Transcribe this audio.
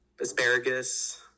asparagus